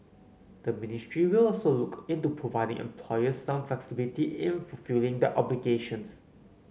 the ministry will also look into providing employers some flexibility in fulfilling their obligations